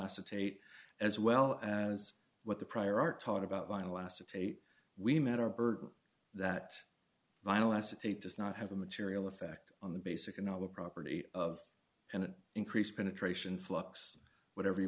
acetate as well as what the prior art taught about vinyl acetate we met our burden that vinyl acetate does not have a material effect on the basic and all the property of an increased penetration flux whatever you